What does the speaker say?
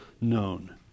known